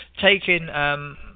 taking